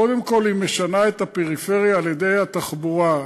קודם כול היא משנה את הפריפריה על-ידי התחבורה,